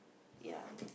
ya